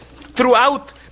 throughout